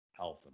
health